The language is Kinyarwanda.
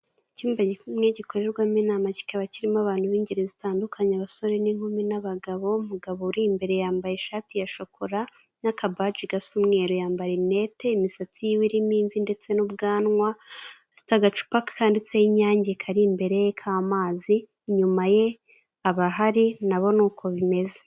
Icyumba gikorerwamo inama, kikaba kirimo abantu b'ingeri zitandukanye abasore n'inkumi n'abagabo. umugabo uri imbere yambaye ishati ya shokora n'akabaji(badge), gasa umweruru yambara linete, imisatsi ye irimo imvi ndetse n'ubwanwa. Afite agacupa kanditseho inyange kari imbere karimo amazi, inyuma ye abahari nabo ni uko bimeze.